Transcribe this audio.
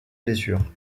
blessure